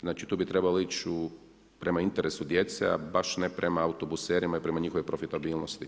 Znači tu bi trebalo ići prema interesu djece, a ne baš prema autobuserima i prema njihovoj profitabilnosti.